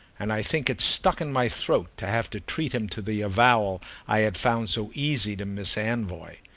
and i think it stuck in my throat to have to treat him to the avowal i had found so easy to mss anvoy.